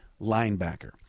linebacker